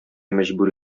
мәҗбүр